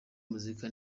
muzika